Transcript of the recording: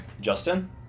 Justin